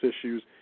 issues